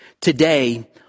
Today